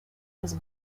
was